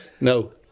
No